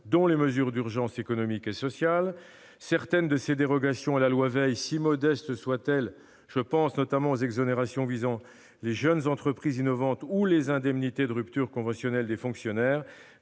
dont les mesures d'urgence économiques et sociales. Certaines de ces dérogations à la loi Veil, si modestes soient-elles- je pense notamment aux exonérations visant les jeunes entreprises innovantes ou les indemnités de rupture conventionnelle des fonctionnaires